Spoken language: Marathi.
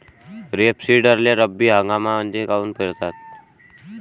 रेपसीडले रब्बी हंगामामंदीच काऊन पेरतात?